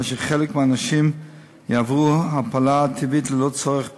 וחלק מהנשים יעברו הפלה טבעית ללא צורך בגרידה.